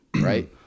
right